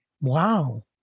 Wow